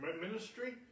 ministry